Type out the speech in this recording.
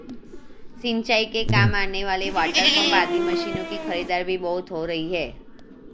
सिंचाई के काम आने वाले वाटरपम्प आदि मशीनों की खरीदारी भी बहुत हो रही है